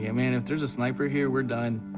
yeah man, if there's a sniper here, we're done.